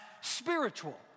spiritual